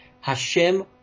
Hashem